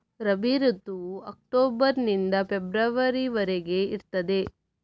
ರಬಿ ಋತುವು ಅಕ್ಟೋಬರ್ ನಿಂದ ಫೆಬ್ರವರಿ ವರೆಗೆ ಇರ್ತದೆ